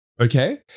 okay